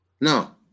No